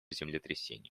землетрясения